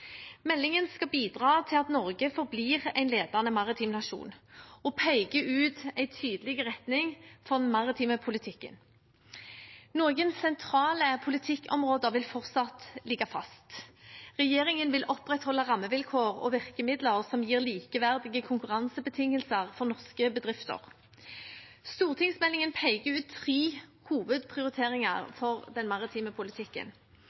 Meldingen skal bidra til at Norge forblir en ledende maritim nasjon, og peke ut en tydelig retning for den maritime politikken. Noen sentrale politikkområder vil fortsatt ligge fast. Regjeringen vil opprettholde rammevilkår og virkemidler som gir likeverdige konkurransebetingelser for norske bedrifter. Stortingsmeldingen peker ut tre hovedprioriteringer for den maritime politikken.